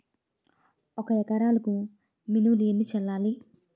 ఒక ఎకరాలకు మినువులు ఎన్ని చల్లాలి?